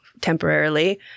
temporarily